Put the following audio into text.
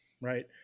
right